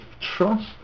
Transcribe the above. trust